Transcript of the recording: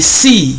see